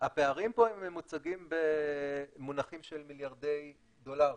הפערים פה מוצגים במונחים של מיליארדי דולרים.